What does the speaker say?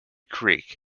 creek